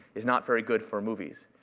is not very good for movies.